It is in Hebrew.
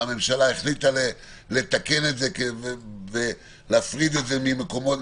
הממשלה החליטה לתקן את זה ולהפריד את זה ממקומות